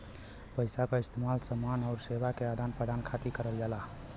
पइसा क इस्तेमाल समान आउर सेवा क आदान प्रदान खातिर करल जाला